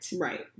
right